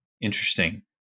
Interesting